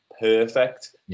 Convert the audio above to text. perfect